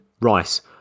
rice